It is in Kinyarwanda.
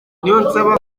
niyonsaba